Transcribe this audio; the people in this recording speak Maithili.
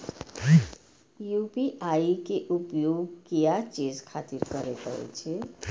यू.पी.आई के उपयोग किया चीज खातिर करें परे छे?